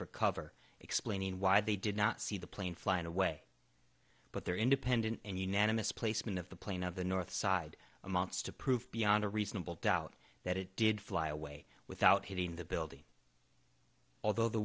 for cover explaining why they did not see the plane flying away but their independent and unanimous placement of the plane of the north side amounts to prove beyond a reasonable doubt that it did fly away without hitting the building although the